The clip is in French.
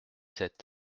sept